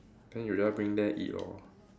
then you just bring there eat lor